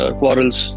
quarrels